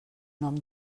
nom